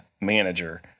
manager